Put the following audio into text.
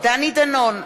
דני דנון,